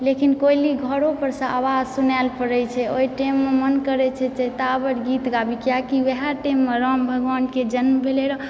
लेकिन कोइली घरो परसँ आवाज सुनायल पड़ैत छै ओहि टाइममे मन करै छै चैतावर गीत गाबी किआकि वएहए टाइममऽ राम भगवानके जन्म भेल रहऽ